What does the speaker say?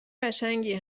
قشنگی